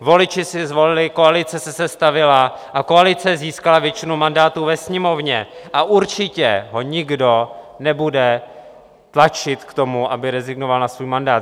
Voliči si zvolili, koalice se sestavila, koalice získala většinu mandátů ve Sněmovně a určitě ho nikdo nebude tlačit k tomu, aby rezignoval na svůj mandát.